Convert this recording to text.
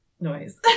noise